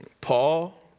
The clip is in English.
Paul